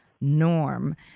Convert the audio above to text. norm